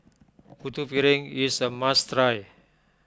Putu Piring is a must try